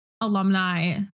alumni